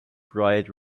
bright